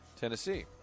Tennessee